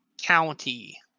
County